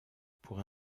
pour